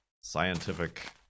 scientific